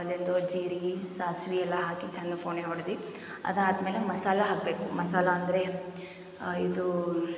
ಅದೆಂತೋ ಜೀರಿಗೆ ಸಾಸ್ವೆ ಎಲ್ಲ ಹಾಕಿ ಚಂದ ಫೊಣೆ ಹೊಡೆದು ಅದಾದಮೇಲೆ ಮಸಾಲ ಹಾಕಬೇಕು ಮಸಾಲ ಅಂದರೆ ಇದೂ